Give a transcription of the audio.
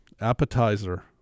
appetizer